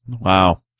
Wow